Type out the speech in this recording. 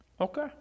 Okay